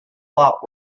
lot